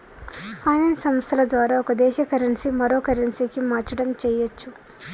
finance సంస్థల ద్వారా ఒక దేశ కరెన్సీ మరో కరెన్సీకి మార్చడం చెయ్యచ్చు